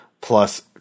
plus